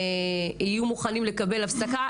יהיו מוכנים לקבל הפסקה,